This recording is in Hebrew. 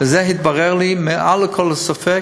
וזה התברר לי מעל לכל ספק,